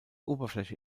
oberfläche